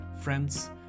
friends